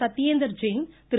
Satyendar Jain Thiru